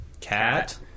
Cat